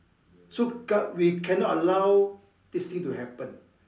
so we cannot allow this thing to happen